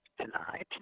tonight